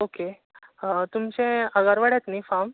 okay तुमचें आगरवाड्यात न्ही फाम